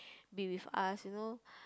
be with us you know